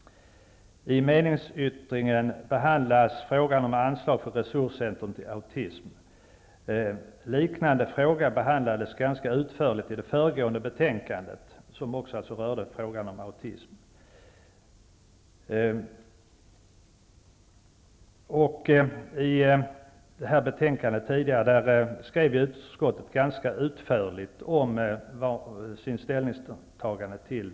I meningsyttringen behandlas frågan om anslag till resurscentrum för autism. En liknande fråga behandlades ganska utförligt i det föregående betänkandet, som också berörde frågan om autism. Där beskrev utskottet ganska utförligt sitt ställningstagande.